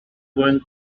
going